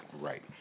right